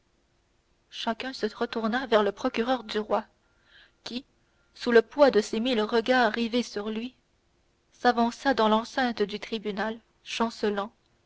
chacun se retourna vers le procureur du roi qui sous le poids de ces mille regards rivés sur lui s'avança dans l'enceinte du tribunal chancelant